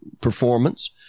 performance